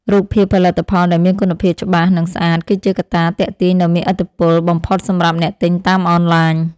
រូបភាពផលិតផលដែលមានគុណភាពច្បាស់និងស្អាត គឺជាកត្តាទាក់ទាញដ៏មានឥទ្ធិពលបំផុតសម្រាប់អ្នកទិញតាមអនឡាញ។